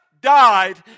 died